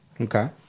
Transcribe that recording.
okay